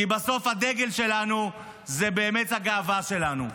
כי בסוף הדגל שלנו זה באמת הגאווה שלנו.